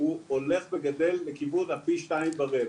הוא הולך וגדל לכיוון הפי שתיים ורבע.